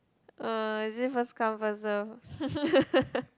uh is it first come first serve